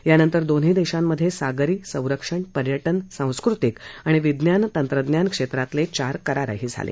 यानंतर दोन्ही देशांमध्ये सागरी संरक्षण पर्यटन सांस्कृतिक आणि विज्ञान तंत्रज्ञान क्षेत्रातले चार करारही झाले